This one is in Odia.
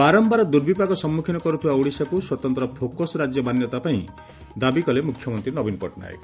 ବାରମ୍ଭାର ଦୁର୍ବିପାକ ସମ୍ମୁଖୀନ କରୁଥିବା ଓଡ଼ିଶାକୁ ସ୍ୱତନ୍ତ ଫୋକସ୍ ରାକ୍ୟ ମାନ୍ୟତା ପାଇଁ ଦାବି କଲେ ମୁଖ୍ୟମନ୍ତୀ ନବୀନ ପଟ୍ଟନାୟକ